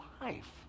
life